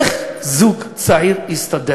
איך זוג צעיר יסתדר?